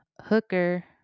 Hooker